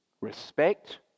respect